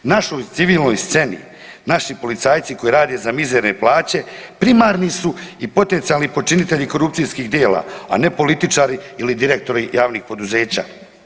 Našoj civilnoj sceni, naši policajci koji rade za mizerne plaće primarni su i potencijalni počinitelji korupcijskih dijela, a ne političari ili direktori javnih poduzeća.